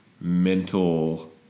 mental